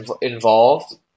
involved